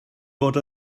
bod